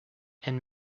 and